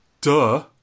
duh